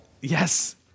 Yes